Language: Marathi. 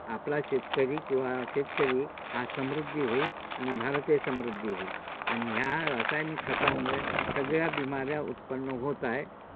आपला शेतकरी किंवा शेतकरी हा समृद्धी होईल आणि भारतही समृद्धी होईल आणि ह्या रासायनिक खतामुळे सगळ्या बिमाऱ्या उत्पन्न होत आहे